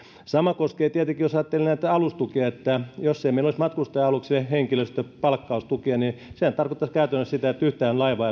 sama koskee tietenkin näitä alustukia sillä jos ajatellaan että meillä ei olisi matkustaja aluksien henkilöstön palkkaustukia niin sehän tarkoittaisi käytännössä sitä että yhtään laivaa